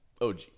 og